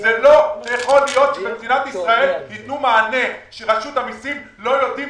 זה לא יכול להיות שבמדינת ישראל יתנו מענה שרשות המיסים לא יודעים